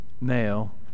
male